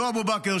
אותו אבו בכר,